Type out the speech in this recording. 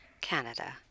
Canada